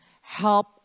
help